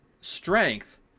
strength